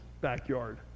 backyard